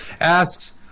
asks